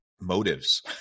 motives